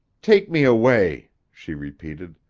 take me away, she repeated.